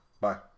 Bye